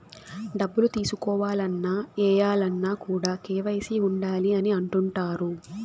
డబ్బులు తీసుకోవాలన్న, ఏయాలన్న కూడా కేవైసీ ఉండాలి అని అంటుంటారు